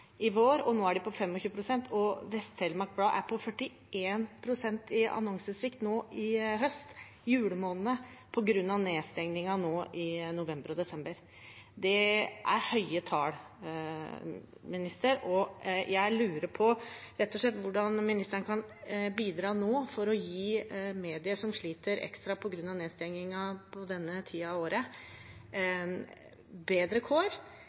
i vår, nå er de på 25 pst., og Vest-Telemark blad har 41 pst. i annonsesvikt nå i høst – julemånedene – på grunn av nedstengningen nå i november og desember. Det er høye tall, og jeg lurer på hvordan kulturministeren nå kan bidra for å gi medier som sliter ekstra på grunn av nedstengningen på denne tiden av året, bedre kår,